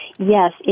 Yes